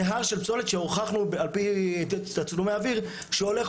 זה הר של פסולת שהוכחנו על פי תצלומי אוויר שהולך